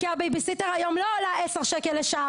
כי הבייביסיטר היום לא עולה 10 שקלים לשעה